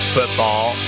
Football